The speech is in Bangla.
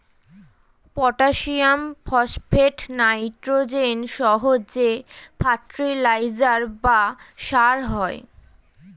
পটাসিয়াম, ফসফেট, নাইট্রোজেন সহ যে ফার্টিলাইজার বা সার হয়